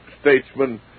statesman